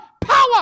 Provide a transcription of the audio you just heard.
Power